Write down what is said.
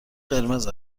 قرمز